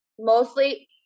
mostly